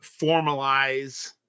formalize